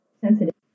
Sensitive